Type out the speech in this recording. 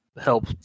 help